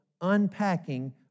unpacking